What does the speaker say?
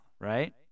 right